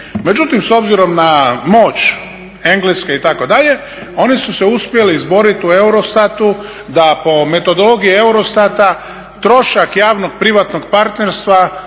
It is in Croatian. međutim s obzirom na moć Engleske, itd., oni su se uspjeli izboriti u eurostatu da po metodologiji eurostata trošak javno-privatnog partnerstva